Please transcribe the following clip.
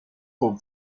con